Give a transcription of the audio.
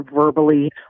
verbally